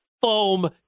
foam